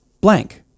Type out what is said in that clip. blank